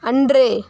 அன்று